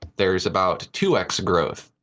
there's about two x growth.